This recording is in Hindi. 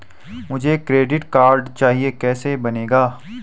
मुझे क्रेडिट कार्ड चाहिए कैसे बनेगा?